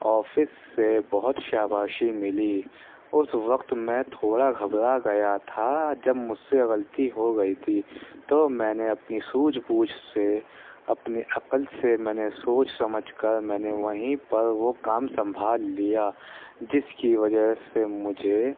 office سے بہت شاباشی مِلی اُس وقت میں تھوڑا گھبرا گیا تھا جب مجھ سے غلطی ہو گئی تھی تو میں نے اپنی سُوجھ بُوجھ سے اپنی عقل سے میں نے سوچ سمجھ کر میں نے وہیں پر وہ کام سنبھال لیا جس کی وجہ سے مجھے